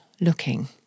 looking